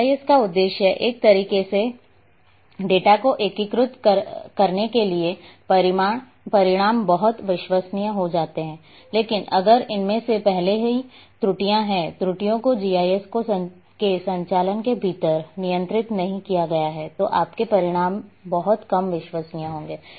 GIS के उद्देश्य एक तरीके से डेटा को एकीकृत करने की है कि परिणाम बहुत विश्वसनीय हो जाते हैं लेकिन अगर इसमें पहले से ही त्रुटियां है त्रुटियों को जीआईएस के संचालन के भीतर नियंत्रित नहीं किया गया है तो आपके परिणाम बहुत कम विश्वसनीय होंगे